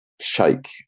shake